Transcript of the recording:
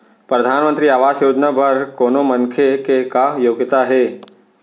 परधानमंतरी आवास योजना बर कोनो मनखे के का योग्यता हे?